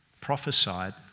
prophesied